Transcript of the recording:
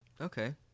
Okay